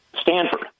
Stanford